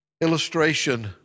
illustration